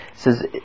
Says